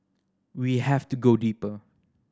we have to go deeper